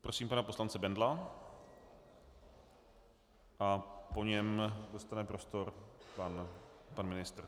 Prosím pana poslance Bendla a po něm dostane prostor pan ministr.